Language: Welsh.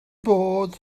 bod